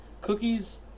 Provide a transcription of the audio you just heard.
Cookies